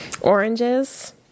Oranges